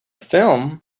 film